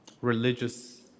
religious